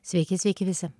sveiki sveiki visi